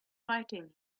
fighting